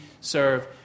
serve